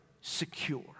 secure